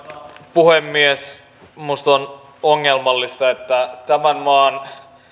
puhemies minusta on ongelmallista että tämän maan